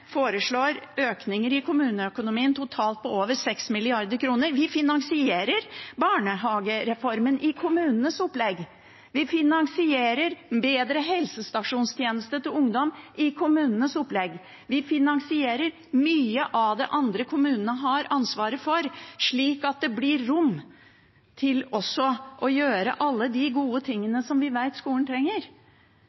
foreslår økninger i kommuneøkonomien på over 6 mrd. kr totalt. Vi finansierer barnehagereformen i kommunenes opplegg, vi finansierer bedre helsestasjonstjeneste til ungdom i kommunenes opplegg, vi finansierer mye av det andre kommunene har ansvaret for, slik at det blir rom for også å gjøre alle de gode